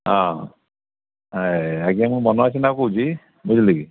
ହଁ ଏ ଆଜ୍ଞା ମୁଁ ମନୁଆ ସିନ୍ହା କହୁଛି ବୁଝିଲେ କି